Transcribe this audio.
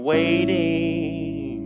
Waiting